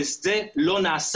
לאף אחד זה לא אכפת.